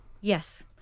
Yes